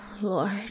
lord